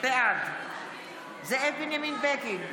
בגין,